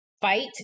fight